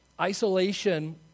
Isolation